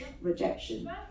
rejection